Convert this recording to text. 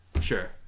Sure